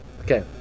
Okay